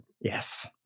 Yes